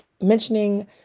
mentioning